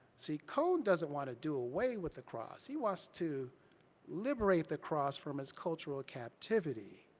see, cone doesn't want to do away with the cross, he wants to liberate the cross from its cultural captivity.